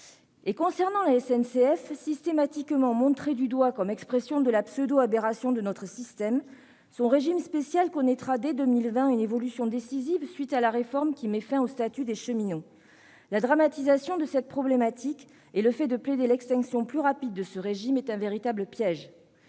qui concerne la SNCF, systématiquement montrée du doigt comme expression de la pseudo-aberration de notre système, son régime spécial connaîtra dès l'année prochaine une évolution décisive, à la suite de la réforme mettant fin au statut des cheminots. Dramatiser cette problématique et plaider l'extinction plus rapide du régime sont un véritable piège.